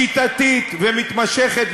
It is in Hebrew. שיטתית ומתמשכת,